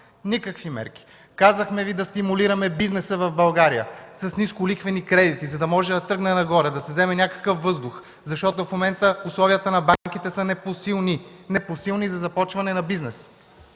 Никакви мерки. Казахме Ви да стимулираме бизнеса в България с нисколихвени кредити, за да може да тръгне нагоре, да се вземе въздух, защото в момента условията на банките са непосилни – непосилни за започване на бизнес.